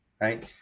right